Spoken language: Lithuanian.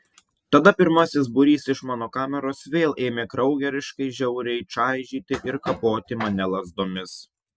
tada pirmasis būrys iš mano kameros vėl ėmė kraugeriškai žiauriai čaižyti ir kapoti mane lazdomis